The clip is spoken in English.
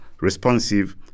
responsive